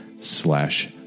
slash